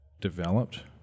developed